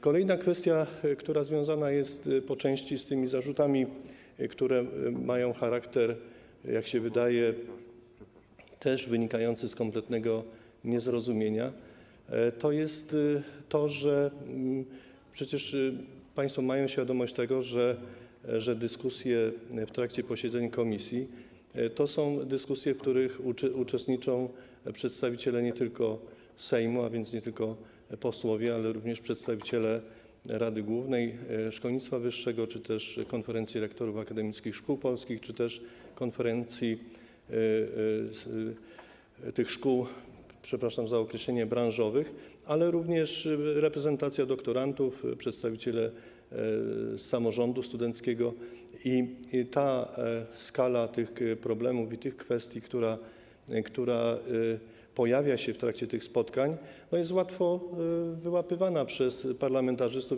Kolejna kwestia, która związana jest po części z tymi zarzutami, które też, jak się wydaje, wynikają z kompletnego niezrozumienia, to jest to, że przecież państwo mają świadomość tego, że dyskusje w trakcie posiedzeń komisji to są dyskusje, w których uczestniczą nie tylko przedstawiciele Sejmu, a więc nie tylko posłowie, ale również przedstawiciele Rady Głównej Nauki i Szkolnictwa Wyższego, Konferencji Rektorów Akademickich Szkół Polskich czy też konferencji tych szkół - przepraszam za określenie - branżowych, ale również jest reprezentacja doktorantów, są przedstawiciele samorządu studenckiego, i skala tych problemów i tych kwestii, które pojawiają się w trakcie tych spotkań, jest łatwo wyłapywana przez parlamentarzystów.